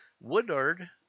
Woodard